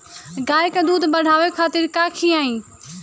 गाय के दूध बढ़ावे खातिर का खियायिं?